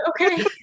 okay